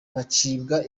bacibwa